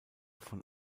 von